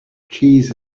cheese